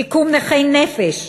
שיקום נכי נפש,